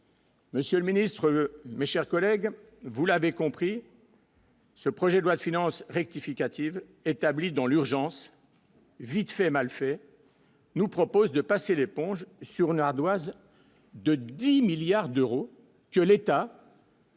Monsieur le Ministre, mes chers collègues, vous l'avez compris. Ce projet de loi de finances rectificative établi dans l'urgence, vite fait, mal fait. Nous propose de passer l'éponge sur une ardoise de 10 milliards d'euros que l'État.